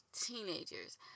teenagers